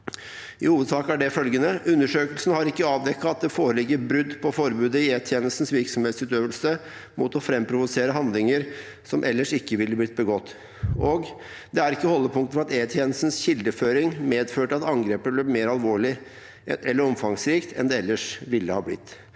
I hovedsak er det følgende: – Undersøkelsen har ikke avdekket at det foreligger brudd på forbudet i E-tjenestens virksomhetsutøvelse mot å framprovosere handlinger som ellers ikke ville blitt begått. – Det er ikke holdepunkter for at E-tjenestens kildeføring medførte at angrepet ble mer alvorlig eller omfangsrikt enn det ellers ville ha blitt.